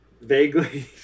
Vaguely